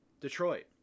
detroit